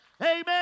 amen